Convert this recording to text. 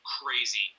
crazy